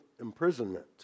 imprisonment